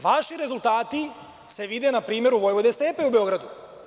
Vaši rezultati se vide u Vojvode Stepe u Beogradu.